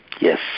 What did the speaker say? Yes